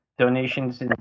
donations